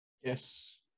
Yes